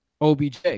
OBJ